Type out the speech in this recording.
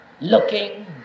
looking